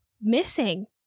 missing